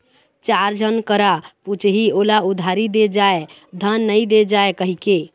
चार झन करा पुछही ओला उधारी दे जाय धन नइ दे जाय कहिके